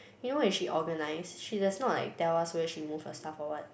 you know when she organise she does not like tell us where she move her stuff or what